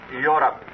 Europe